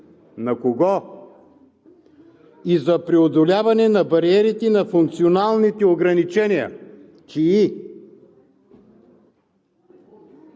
на кого? – и за преодоляване на бариерите на функционалните ограничения.“ – Чии?